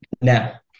now